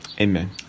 Amen